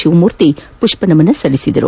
ತಿವಮೂರ್ತಿ ಪುಷ್ಪನಮನ ಸಲ್ಲಿಸಿದರು